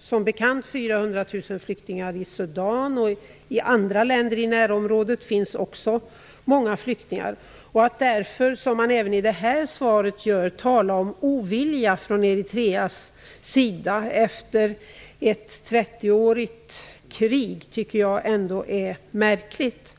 som bekant 400 000 flyktingar i Sudan, och i andra länder i närområdet finns också många flyktingar. Att därför, som även görs i detta svar, tala om ovilja från Eritreas sida efter ett 30-årigt krig tycker jag ändå är märkligt.